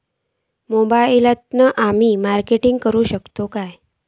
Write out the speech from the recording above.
मोबाईलातसून आमी मार्केटिंग करूक शकतू काय?